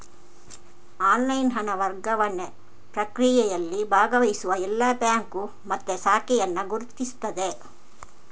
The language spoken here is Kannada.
ಆನ್ಲೈನ್ ಹಣ ವರ್ಗಾವಣೆ ಪ್ರಕ್ರಿಯೆಯಲ್ಲಿ ಭಾಗವಹಿಸುವ ಎಲ್ಲಾ ಬ್ಯಾಂಕು ಮತ್ತೆ ಶಾಖೆಯನ್ನ ಗುರುತಿಸ್ತದೆ